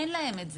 אין להם את זה,